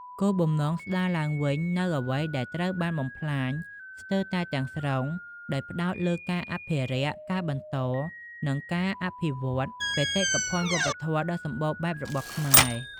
គោលបំណងស្តារឡើងវិញនូវអ្វីដែលត្រូវបានបំផ្លាញស្ទើរតែទាំងស្រុង ដោយផ្តោតលើការអភិរក្ស ការបន្ត និងការអភិវឌ្ឍន៍បេតិកភណ្ឌវប្បធម៌ដ៏សម្បូរបែបរបស់ខ្មែរ។